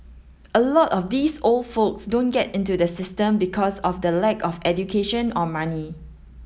a lot of these old folks don't get into the system because of the lack of education or money